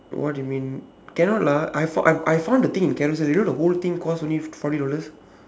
what do you mean cannot lah I found I I found the thing in carousell you know the whole thing cost only forty dollars